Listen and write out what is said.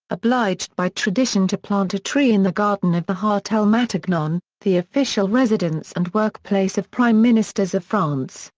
obliged by tradition to plant a tree in the garden of the hotel matignon, the official residence and workplace of prime ministers of france,